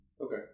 Okay